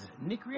Nick